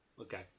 Okay